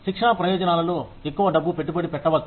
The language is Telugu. శిక్షణ ప్రయోజనాలలో ఎక్కువ డబ్బు పెట్టుబడి పెట్టవచ్చు